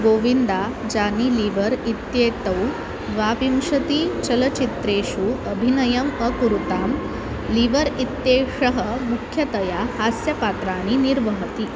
गोविन्दा जानी लीवर् इत्येतौ द्वाविंशतिचलचित्रेषु अभिनयम् अकुरुतां लिवर् इत्येषः मुख्यतया हास्यपात्राणि निर्वहति